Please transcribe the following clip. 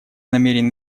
намерен